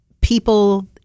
people